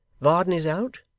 varden is out